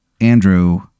Andrew